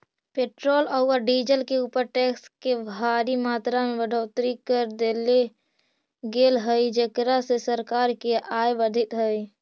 petrol औउर diesel के ऊपर टैक्स के भारी मात्रा में बढ़ोतरी कर देले गेल हई जेकरा से सरकार के आय बढ़ीतऽ हई